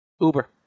Uber